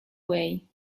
way